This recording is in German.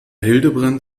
hildebrand